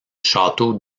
château